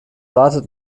wartet